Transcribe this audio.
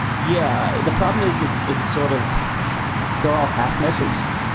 yeah. the problem is it's it's sort of they're all half measures.